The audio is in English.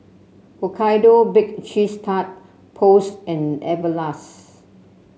Hokkaido Baked Cheese Tart Post and Everlast